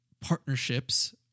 partnerships